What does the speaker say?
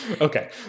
Okay